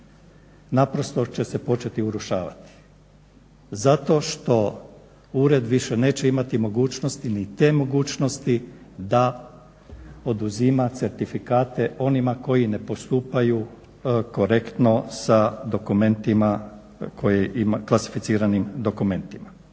naprosto će se početi urušavati. Zato što ured više neće imati mogućnosti, ni te mogućnosti da oduzima certifikate onima koji ne postupaju korektno sa dokumentima, klasificiranim dokumentima.